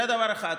זה דבר אחד.